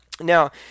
Now